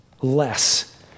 less